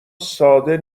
ساده